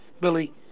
Billy